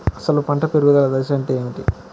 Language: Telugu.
అసలు పంట పెరుగుదల దశ అంటే ఏమిటి?